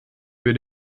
für